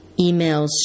emails